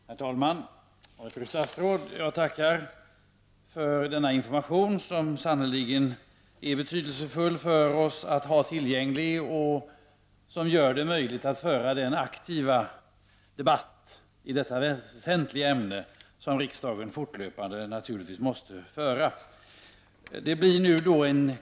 Herr talman! Fru statsråd, jag tackar för denna information. Det är sannerligen betydelsefullt för oss att ha den tillgänglig, och den gör det möjligt för oss att föra den aktiva debatt i detta väsentliga ämne som riksdagen naturligtvis fortlöpande måste föra.